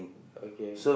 okay